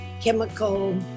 chemical